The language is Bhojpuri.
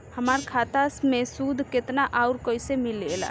हमार खाता मे सूद केतना आउर कैसे मिलेला?